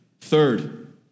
Third